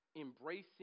embracing